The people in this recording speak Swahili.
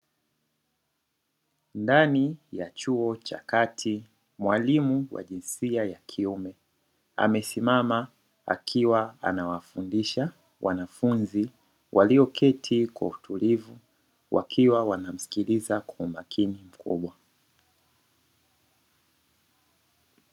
Ndani ya chuo cha kati, Mwalimu wa jinsia ya kiume, amesimama akiwa anawafundisha wanafunzi walioketi kwa utulivu, wakiwa wanamsikiliza kwa umakini mkubwa.